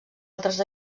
altres